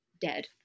dead